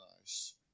nice